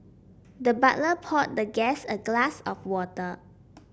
the butler poured the guest a glass of water